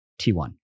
T1